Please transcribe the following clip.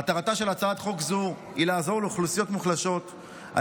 מטרתה של הצעת חוק זו היא לעזור לאוכלוסיות מוחלשות על